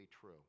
true